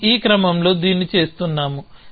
మనం ఈ క్రమంలో దీన్ని చేస్తున్నాము